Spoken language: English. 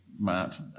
Matt